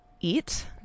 eat